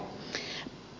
puhemies